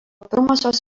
pirmosios